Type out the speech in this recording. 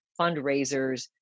fundraisers